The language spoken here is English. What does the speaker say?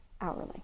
hourly